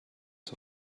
zur